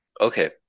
Okay